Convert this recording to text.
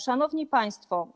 Szanowni Państwo!